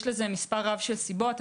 יש לזה מספר רב של סיבות.